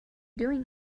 doing